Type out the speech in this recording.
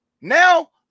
Now